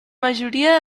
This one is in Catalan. majoria